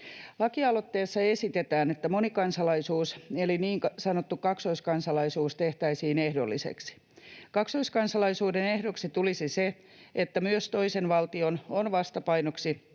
Lakialoitteessa esitetään, että monikansalaisuus eli niin sanottu kaksoiskansalaisuus tehtäisiin ehdolliseksi. Kaksoiskansalaisuuden ehdoksi tulisi se, että myös toisen valtion on vastapainoksi